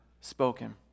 spoken